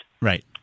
Right